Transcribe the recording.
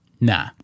Nah